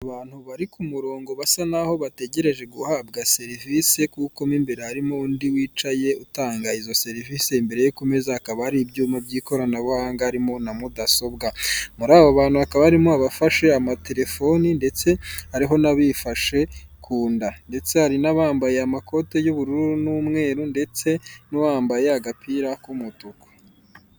Abantu bari ku murongo basa naho bategereje guhabwa serivise kuko mo imbere harimo undi wicaye utanga izo serivise imbere ye ku meza hakaba hari ibyuma by'ikoranabuhanga harimo na mudasobwa. Muri abo bantu hakaba harimo abafashe amatelefoni ndetse hariho n'abifashe ku inda. Ndetse hari n'abambaye amakote y'ubururu n'umweru ndetse n'uwambaye agapira k'umutuku.